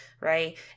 right